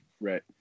Right